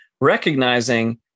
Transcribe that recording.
recognizing